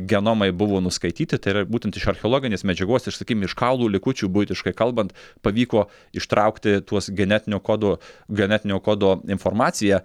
genomai buvo nuskaityti tai yra būtent iš archeologinės medžiagos iš sakykim iš kaulų likučių buitiškai kalbant pavyko ištraukti tuos genetinio kodo genetinio kodo informaciją